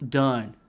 done